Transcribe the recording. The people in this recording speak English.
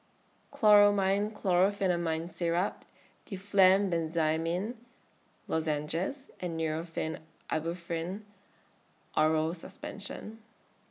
Chlormine Chlorpheniramine Syrup Difflam Benzydamine Lozenges and Nurofen Ibuprofen Oral Suspension